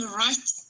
right